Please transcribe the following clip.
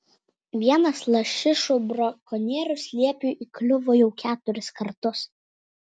vienas lašišų brakonierius liepiui įkliuvo jau keturis kartus